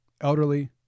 elderly